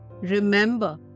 Remember